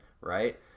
right